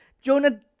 Jonah